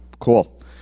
Cool